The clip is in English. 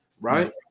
right